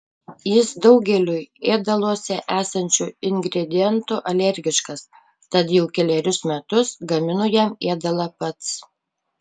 jis daugeliui ėdaluose esančių ingredientų alergiškas tad jau kelerius metus gaminu jam ėdalą pats